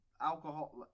alcohol